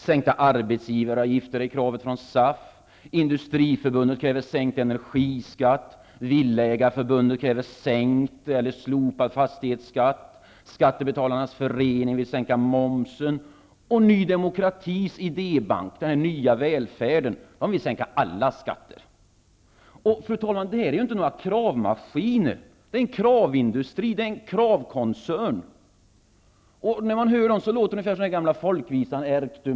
Sänkta arbetsgivaravgifter är kravet från SAF. Villaägarförbundet kräver sänkt eller slopad fastighetsskatt. Skattebetalarnas förening vill sänka momsen. Och Ny demokratis idébank Nya välfärden vill sänka alla skatter. Detta är inte några kravmaskiner. Det är en kravindustri, en kravkoncern. När man hör dem låter det som den gamla folkvisan: Erk du!